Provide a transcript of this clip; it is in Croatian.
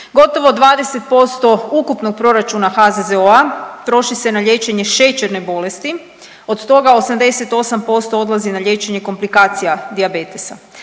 Gotovo 20% ukupnog proračuna HZZO-a troši se na liječenje šećerne bolesti, od toga 88% odlazi na liječenje komplikacija dijabetesa.